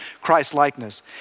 Christ-likeness